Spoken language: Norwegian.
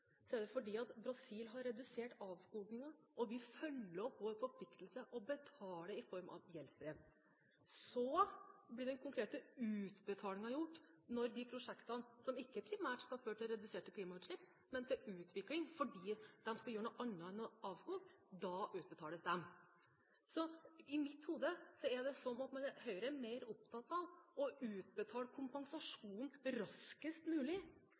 Så blir den konkrete utbetalingen gjort til prosjekter, som ikke primært skal føre til reduserte klimautslipp, men til utvikling – fordi en skal gjøre noe annet enn å avskoge. I mitt hode er Høyre mer opptatt av at pengene som utbetales i kompensasjon brukes raskest mulig,